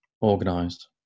Organised